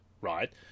right